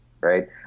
right